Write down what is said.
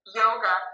yoga